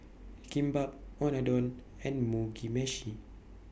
Kimbap Unadon and Mugi Meshi